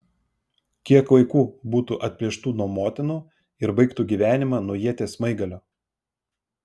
kiek vaikų būtų atplėštų nuo motinų ir baigtų gyvenimą nuo ieties smaigalio